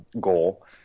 goal